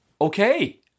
Okay